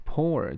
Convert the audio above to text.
Pour